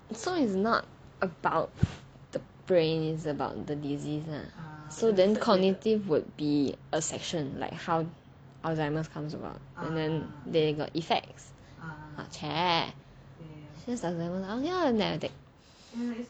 so it's not about the brain is about the disease ah so then cognitive would be a section like how alzheimer's comes about and then got effects then chey it's just alzheimer's I never take